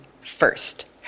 first